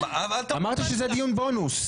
אמרת שזה דיון בונוס.